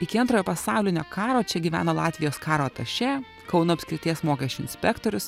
iki antrojo pasaulinio karo čia gyveno latvijos karo atašė kauno apskrities mokesčių inspektorius